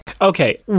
Okay